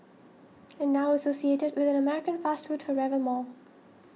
and now associated with an American fast food forever more